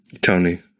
Tony